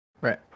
right